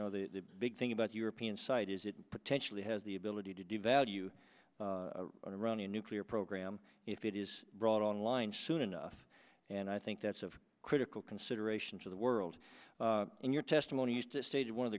know the big thing about european site is it potentially has the ability to devalue an iranian nuclear program if it is brought online soon enough and i think that's a critical consideration for the world and your testimony used to stage one of